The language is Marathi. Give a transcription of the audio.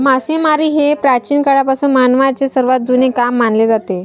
मासेमारी हे प्राचीन काळापासून मानवाचे सर्वात जुने काम मानले जाते